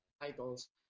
titles